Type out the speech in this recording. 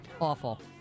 Awful